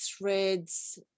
threads